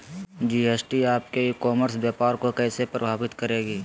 GST आपके e commerce व्यापार को कैसे प्रभावित करेगी?